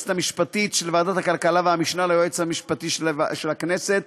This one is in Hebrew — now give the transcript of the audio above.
היועצת המשפטית של ועדת הכלכלה והמשנה ליועץ המשפטי של הכנסת,